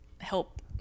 help